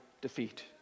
defeat